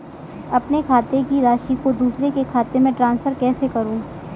अपने खाते की राशि को दूसरे के खाते में ट्रांसफर कैसे करूँ?